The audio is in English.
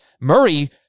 Murray